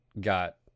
got